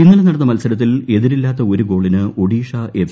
ഇന്നലെ നടന്ന മത്സരത്തിൽ എതിരില്ലാത്ത ഒരു ഗോളിന് ഒഡീഷ എഫ്